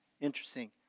Interesting